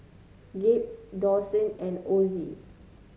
Gabe Dawson and Ozzie